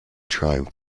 triumph